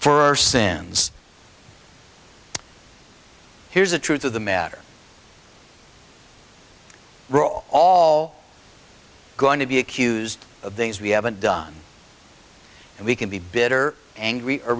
for sins here's the truth of the matter rule all going to be accused of things we haven't done and we can be bitter angry or